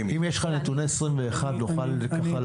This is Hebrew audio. אם יש לך נתוני 2021, נוכל להשוות.